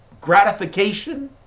gratification